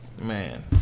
man